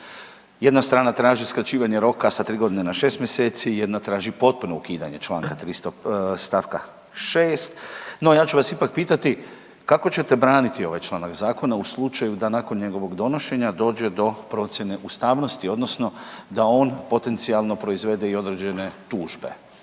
jedna strana traži skraćivanje roka sa 3.g. na 6 mjeseci, jedna traži potpuno ukidanje st. 6., no ja ću vas ipak pitati kako ćete braniti ovaj članak zakona u slučaju da nakon njegovog donošenja dođe do procjene ustavnosti odnosno da on potencionalno proizvede i određene tužbe,